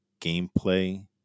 gameplay